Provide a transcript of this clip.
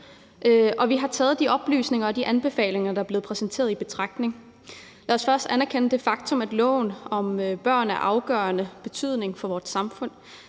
vi har taget de oplysninger og anbefalinger, der er blevet præsenteret, i betragtning. Lad os først anerkende det faktum, at loven om børn er af afgørende betydning for vores samfund.